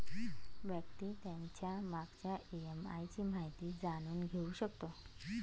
व्यक्ती त्याच्या मागच्या ई.एम.आय ची माहिती जाणून घेऊ शकतो